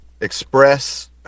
express